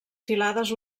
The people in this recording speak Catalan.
filades